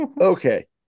Okay